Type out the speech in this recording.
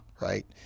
Right